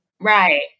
Right